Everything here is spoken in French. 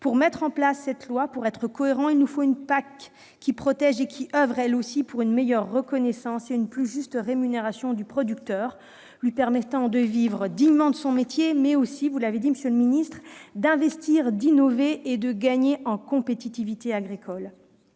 Pour mettre en place cette loi et être cohérents, il nous faut une PAC qui protège et qui permette d'agir pour une meilleure reconnaissance et une plus juste rémunération du producteur, lui permettant de vivre dignement de son métier, mais aussi-vous l'avez dit, monsieur le ministre -d'investir, d'innover et de gagner en compétitivité agricole.